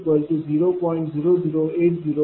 0110391 p